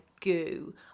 goo